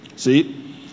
See